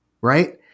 right